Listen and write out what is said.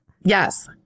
Yes